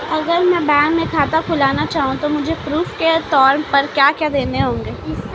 अगर मैं बैंक में खाता खुलाना चाहूं तो मुझे प्रूफ़ के तौर पर क्या क्या कागज़ देने होंगे?